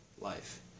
life